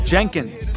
Jenkins